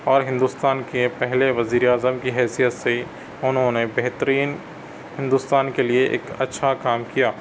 اور ہندوستان کے پہلے وزیرِ اعظم کی حیثیت سے اُنہوں نے بہترین ہندوستان کے لئے ایک اچھا کام کیا